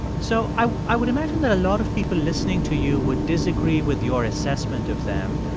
so i i would imagine that a lot of people listening to you would disagree with your assessment of them.